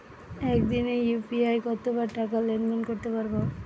একদিনে ইউ.পি.আই কতবার টাকা লেনদেন করতে পারব?